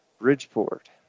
Bridgeport